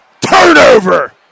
Turnover